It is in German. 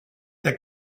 der